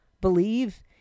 believe